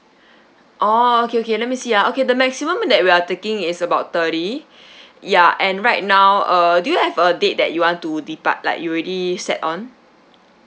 oh okay okay let me see ah okay the maximum that we are taking is about thirty ya and right now uh do you have a date that you want to depart like you already set on